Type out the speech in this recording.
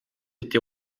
été